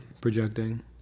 projecting